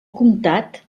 comtat